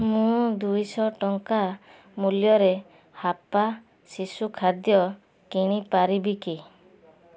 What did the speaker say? ମୁଁ ଦୁଇଶହ ଟଙ୍କା ମୂଲ୍ୟରେ ହାପ୍ପା ଶିଶୁ ଖାଦ୍ୟ କିଣି ପାରିବି କି